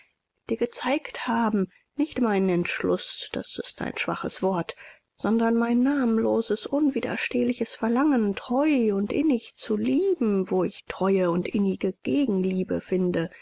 dir gezeigt haben nicht meinen entschluß das ist ein schwaches wort sondern mein namenloses unwiderstehliches verlangen treu und innig zu lieben wo ich treue und innige gegenliebe finde